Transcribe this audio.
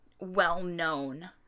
well-known